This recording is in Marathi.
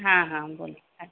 हां हां बोला काय